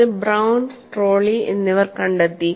ഇത് ബ്രൌൺ സ്ട്രോളി എന്നിവർ കണ്ടെത്തി